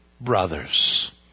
brothers